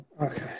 Okay